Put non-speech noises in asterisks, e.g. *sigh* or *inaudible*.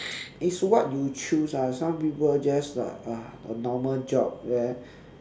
*noise* it's what you choose ah some people just like uh a normal job there